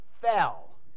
fell